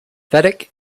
vedic